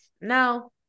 no